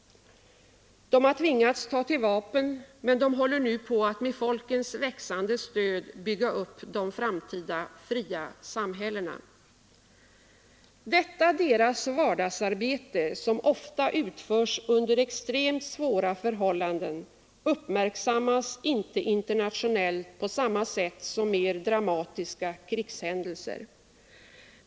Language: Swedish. De har tvingats ta till vapen, men de håller nu på att med folkens växande stöd bygga upp de framtida, fria samhällena. Detta deras vardagsarbete, som ofta utförs under extremt svåra förhållanden, uppmärksammas inte internationellt på samma sätt som mer dramatiska krigshändelser.